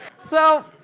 so,